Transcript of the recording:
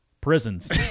Prisons